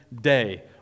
day